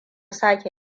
sake